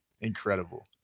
incredible